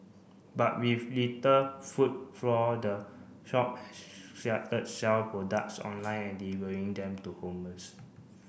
but with little footfall the shop sell products online and delivering them to